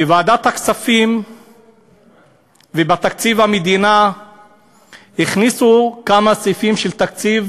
בוועדת הכספים ובתקציב המדינה הכניסו כמה סעיפים של תקציב,